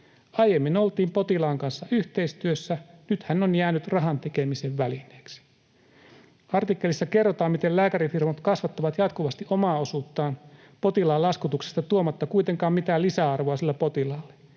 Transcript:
Aiemmin oltiin potilaan kanssa yhteistyössä, nyt hän on jäänyt rahan tekemisen välineeksi.” Artikkelissa kerrotaan, miten lääkärifirmat kasvattavat jatkuvasti omaa osuuttaan potilaan laskutuksesta tuomatta kuitenkaan mitään lisäarvoa sillä potilaalle.